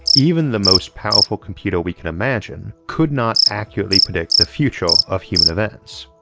even the most powerful computer we can imagine could not accurately predict the future of human events.